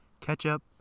Ketchup